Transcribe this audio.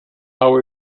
how